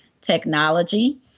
technology